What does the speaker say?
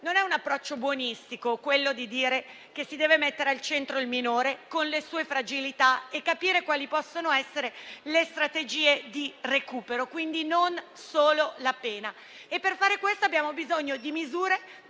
Non è un approccio buonista quello di dire che si deve mettere al centro il minore con le sue fragilità e capire quali possano essere le strategie di recupero, quindi non pensando solo alla pena, ma per fare questo abbiamo bisogno di figure